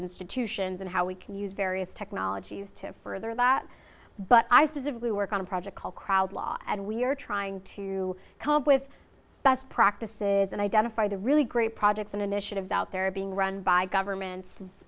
institutions and how we can use various technologies to further that but i specifically work on a project called crowd law and we're trying to come up with best practices and identify the really great projects and initiatives out there being run by governments